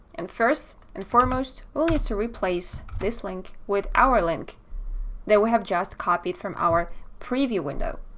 and first and foremost only to replace this link with our link that we have just copied from our preview window.